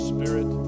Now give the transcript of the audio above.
Spirit